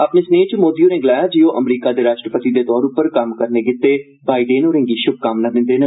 अपने स्नेह च मोदी होरें गलाया जे ओह् अमरीका दे राश्ट्रपति दे तौरा पर कम्म करने गितै उन्नेगी शुभकामनां दिन्दे न